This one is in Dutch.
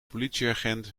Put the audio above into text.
politieagent